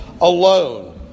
alone